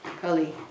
Kali